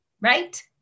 right